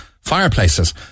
Fireplaces